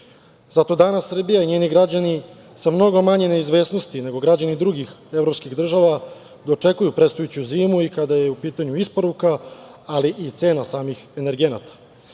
danas Srbija i njeni građani sa mnogo manje neizvesnosti nego građani drugih država dočekuju predstojeću zimu i kada je u pitanju isporuka, ali i cena samih energenata.